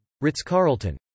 Ritz-Carlton